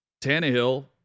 Tannehill